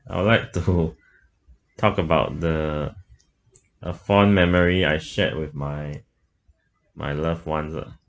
I would like to talk about the a fond memory I shared with my my loved ones ah